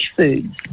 foods